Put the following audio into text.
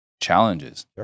challenges